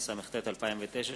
התשס"ט 2009,